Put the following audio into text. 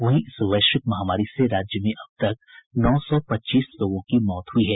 वहीं इस वैश्विक महामारी से राज्य में अब तक नौ सौ पच्चीस लोगों की मौत हुई है